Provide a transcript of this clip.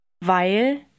weil